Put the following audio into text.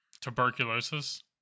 tuberculosis